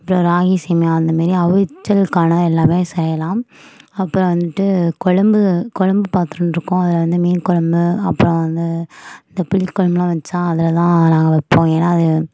வேற ராகி சேமியா அந்த மாரி அவிச்சல்கான எல்லாமே செய்யலாம் அப்புறம் வந்துட்டு குழம்பு குழம்பு பாத்திரன்று இருக்கும் அதில் வந்து மீன் குழம்பு அப்புறம் வந்து இந்த புளிக்குழம்புலா வச்சா அதில்தான் நாங்கள் வைப்போம் ஏன்னா அது